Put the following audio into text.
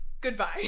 Goodbye